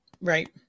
Right